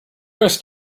asked